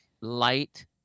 light